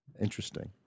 Interesting